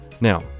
Now